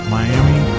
Miami